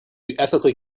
ethically